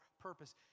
purpose